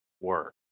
work